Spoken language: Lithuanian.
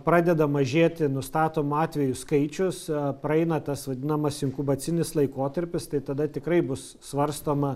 pradeda mažėti nustatomų atvejų skaičius praeina tas vadinamas inkubacinis laikotarpis tai tada tikrai bus svarstoma